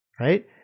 right